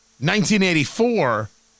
1984